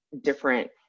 different